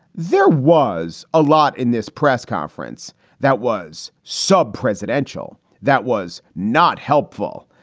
there was a lot in this press conference that was sub presidential that was not helpful.